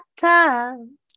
time